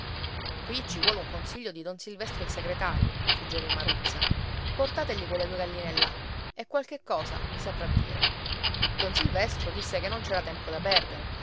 qui ci vuole un consiglio di don silvestro il segretario suggerì maruzza portategli quelle due galline là e qualche cosa vi saprà dire don silvestro disse che non c'era tempo da perdere